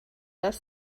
das